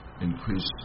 increase